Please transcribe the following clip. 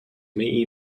may